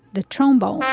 the trombone.